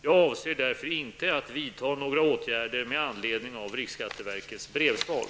Jag avser därför inte att vidta några åtgärder med anledning av riksskatteverkets brevsvar.